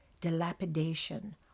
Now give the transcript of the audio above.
dilapidation